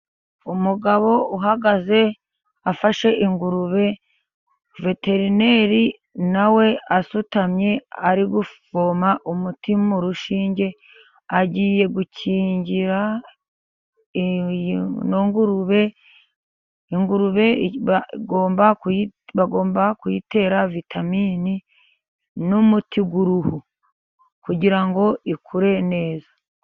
Umugabo uhagaze afashe ingurube, veterineri nawe asutamye ari guvoma umuti mu rushinge agiye gukingira ino ngurube. Ingurube bagomba kuyitera vitamini n'umuti w'uruhu kugirango ikure neza.